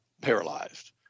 Paralyzed